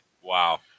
wow